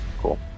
cool